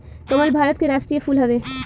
कमल भारत के राष्ट्रीय फूल हवे